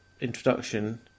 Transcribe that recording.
introduction